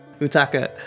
Utaka